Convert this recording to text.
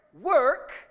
work